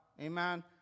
Amen